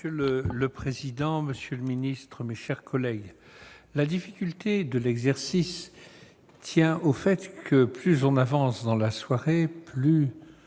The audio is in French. Monsieur le président, monsieur le secrétaire d'État, mes chers collègues, la difficulté de l'exercice tient au fait que, plus on avance dans la soirée, plus